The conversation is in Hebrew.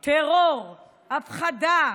טרור, הפחדה.